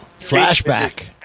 Flashback